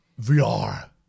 VR